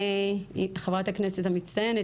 חברת הכנסת המצטיינת,